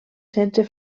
setze